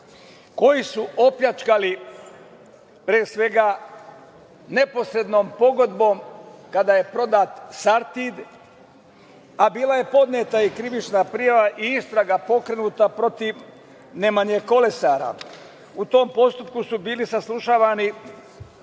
koji su opljačkali, pre svega neposrednom pogodbom, kada je prodat „Sartid“, a bila je podneta i krivična prijava i pokrenuta istraga protiv Nemanje Kolesara. U tom postupku su bili saslušavani